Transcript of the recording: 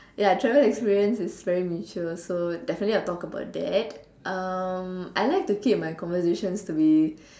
ya travel experience is very mutual so definitely I'll talk about that um I like to keep my conversations to be